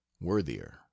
worthier